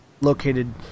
located